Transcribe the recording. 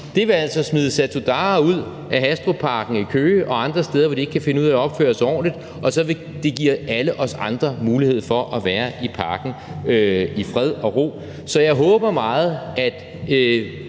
nu, vil altså smide Satudarah ud af Hastrupparken i Køge og andre steder, hvor de ikke kan finde ud af at opføre sig ordentligt, og så vil det give alle os andre mulighed for at være i parken i fred og ro. Så jeg håber meget, at